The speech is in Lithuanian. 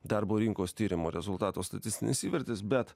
darbo rinkos tyrimo rezultato statistinis įvertis bet